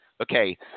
Okay